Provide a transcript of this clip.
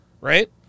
right